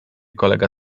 kolega